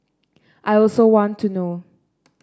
I also want to know